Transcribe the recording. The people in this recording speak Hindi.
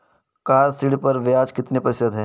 कार ऋण पर ब्याज कितने प्रतिशत है?